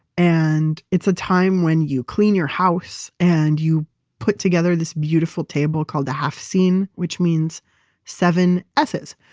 and it's a time when you clean your house and you put together this beautiful table called the haftseen which means seven s's.